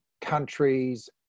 countries